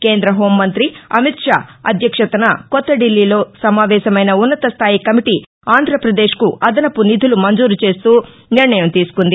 కేంద్ర హోంమంతి అమిత్ షా అధ్యక్షతన కొత్త ధిల్లీలో సమావేశమైన ఉన్నతస్థాయి కమిటీ ఆంధ్రప్రదేశ్కు అదనపు నిధులు మంజూరు చేస్తూ నిర్ణయం తీసుకుంది